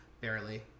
Barely